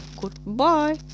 goodbye